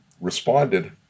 responded